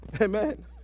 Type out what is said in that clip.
Amen